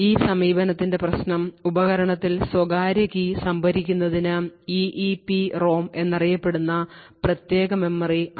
ഈ സമീപനത്തിന്റെ പ്രശ്നം ഉപകരണത്തിൽ സ്വകാര്യ കീ സംഭരിക്കുന്നതിനു EEPROM എന്നറിയപ്പെടുന്ന പ്രത്യേക മെമ്മറി ആവശ്യമാണ്